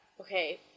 Okay